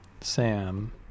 Sam